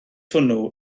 hwnnw